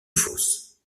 fosse